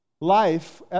life